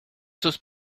sus